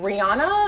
Rihanna